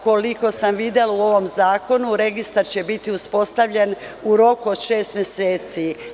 Koliko sam videla u ovom zakonu, registar će biti uspostavljen u roku od šest meseci.